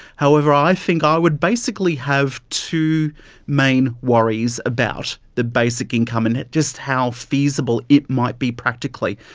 however, i think i would basically have two main worries about the basic income and just how feasible it might be practically.